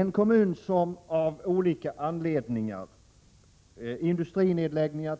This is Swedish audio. En kommun som av olika anledningar — t.ex. industrinedläggningar,